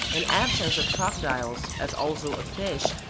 and absence of crocodiles, as also of fish,